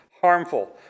harmful